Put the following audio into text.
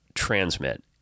Transmit